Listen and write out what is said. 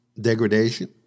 degradation